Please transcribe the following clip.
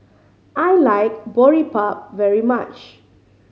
I like Boribap very much